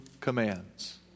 commands